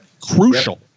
crucial